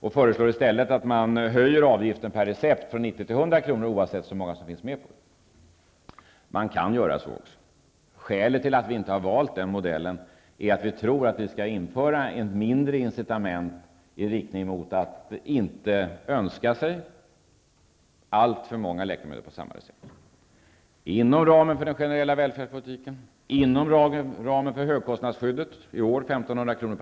De föreslår i stället att man höjer avgiften per recept från 90 kr. till 100 kr. oavsett hur många preparat som finns med på det. Man kan göra så också. Skälet till att vi inte har valt den modellen är att vi tror att vi skall införa ett mindre incitament för att inte önska sig alltför många läkemedel på samma recept. Inom ramen för den generella välfärdspolitiken, inom ramen för högskostnadsskyddet -- i år 1 500 kr.